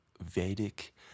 Vedic